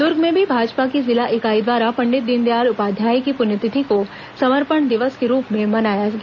दुर्ग में भी भाजपा की जिला इकाई द्वारा पंडित दीनदयाल उपाध्याय की पुण्यतिथि को समर्पण दिवस के रूप में मनाया गया